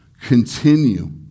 continue